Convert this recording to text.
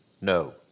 No